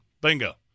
bingo